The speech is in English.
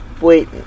wait